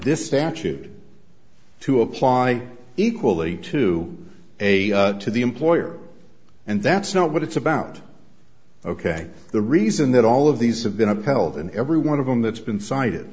this statute to apply equally to a to the employer and that's not what it's about ok the reason that all of these have been upheld and every one of them that's been cited